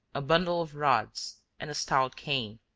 a bundle of rods, and a stout cane.